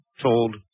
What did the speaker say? told